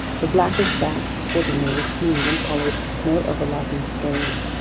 the blackish back supporting me was smooth and polished with no overlapping scales.